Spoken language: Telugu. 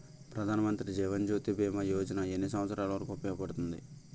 ప్రధాన్ మంత్రి జీవన్ జ్యోతి భీమా యోజన ఎన్ని సంవత్సారాలు వరకు ఉపయోగపడుతుంది?